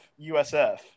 USF